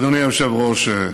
אדוני היושב-ראש,